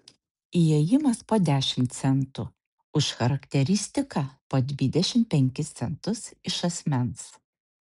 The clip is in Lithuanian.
įėjimas po dešimt centų už charakteristiką po dvidešimt penkis centus iš asmens